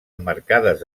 emmarcades